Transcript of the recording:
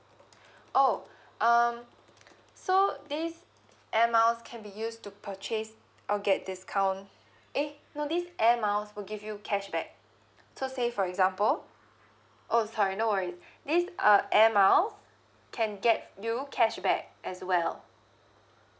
oh um so this air miles can be used to purchase I'll get discount eh no this air miles will give you cashback so say for example oh sorry no worries this uh air miles can get you cashback as well